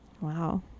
Wow